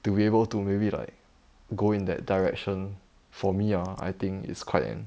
to be able to maybe like go in that direction for me ah I think it's quite an